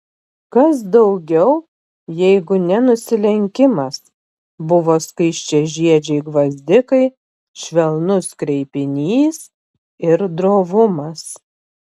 kas daugiau jeigu ne nusilenkimas buvo skaisčiažiedžiai gvazdikai švelnus kreipinys ir drovumas